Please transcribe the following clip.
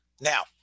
Now